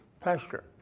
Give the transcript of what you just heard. pasture